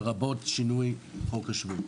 לרבות שינוי חוק השבות.